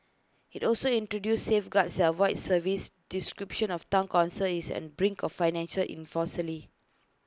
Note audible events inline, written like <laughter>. IT also introduces safeguards self avoid service description of Town Council is an brink of financial <unintelligible>